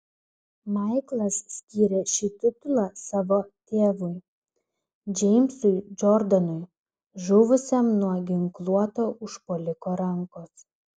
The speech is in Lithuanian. maiklas skyrė šį titulą savo tėvui džeimsui džordanui žuvusiam nuo ginkluoto užpuoliko rankos